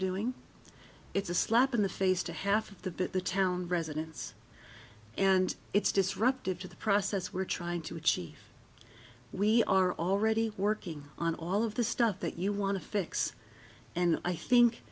doing it's a slap in the face to half of the bit the town residents and it's disruptive to the process we're trying to achieve we are already working on all of the stuff that you want to fix and i think